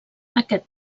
aquest